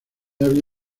había